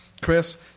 Chris